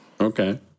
Okay